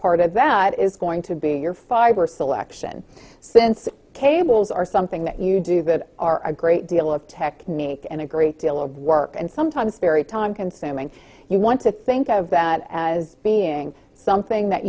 part of that is going to be your fiber selection since cables are something that you do that are a great deal of technique and a great deal of work and sometimes very time consuming you want to think of that as being something that